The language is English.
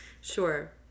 Sure